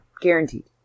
Guaranteed